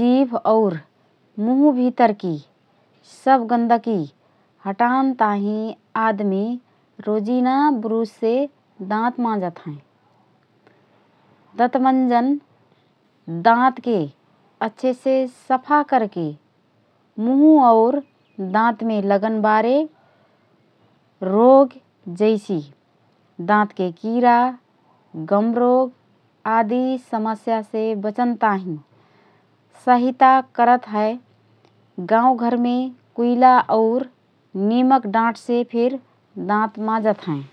जीभ और मुँह भितरकी सब गन्दगी हटान ताहिँ आदमी रोजिना बुरुससे दाँत माँजत हएँ । दतमंजन दाँतके अच्छेसे सफा करके मुँह और दाँतमे लगनबारे रोग जैसि: दाँतके कीरा, गम रोग आदि समस्यासे बचन ताहिँ सहयता करत हए । गावँ घरमे कुइला और निमक डाँठसे फिर दाँत माँजत हएँ ।